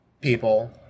people